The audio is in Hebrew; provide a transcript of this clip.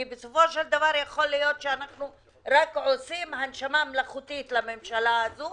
כי בסופו של דבר יכול להיות שאנחנו רק עושים הנשמה מלאכותית לממשלה הזו.